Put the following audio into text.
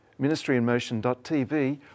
ministryinmotion.tv